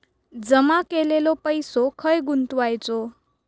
जमा केलेलो पैसो खय गुंतवायचो?